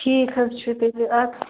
ٹھیٖک حظ چھُ تیٚلہِ اَتھ